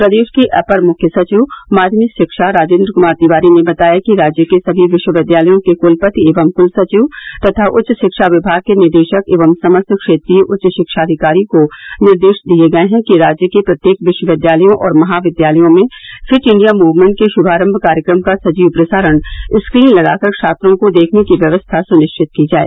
प्रदेश के अपर मुख्य सचिव माध्यमिक शिक्षा राजेंद्र कुमार तिवारी ने बताया कि राज्य के सभी विश्वविद्यालयों के कुलपति एवं कुलसचिव तथा उच्च रिक्षा विभाग के निदेशक एवं समस्त क्षेत्रीय उच्च शिक्षा अधिकारी को निर्देश दिए गए हैं कि राज्य के प्रत्येक विश्वविद्यालयों और महाविद्यालयों में फिट इंडिया मूक्मेंट के शुभारंभ कार्यक्रम का सजीव प्रसारण स्क्रीन लगाकर छात्रों के देखने की व्यवस्था सुनिश्चित की जाए